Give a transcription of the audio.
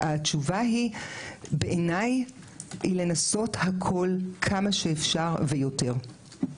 התשובה היא בעיניי היא לנסות הכול כמה שאפשר ויותר,